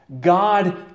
God